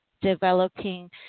developing